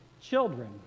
children